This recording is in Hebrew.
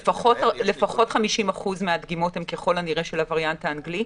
לפחות 50% מהדגימות הן ככל הנראה של הווריאנט האנגלי,